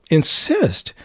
insist